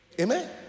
Amen